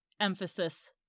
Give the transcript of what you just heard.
emphasis